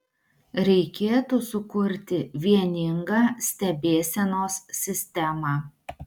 reikėtų sukurti vieningą stebėsenos sistemą